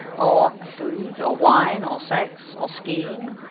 or food, or wine, or sex, or skiing,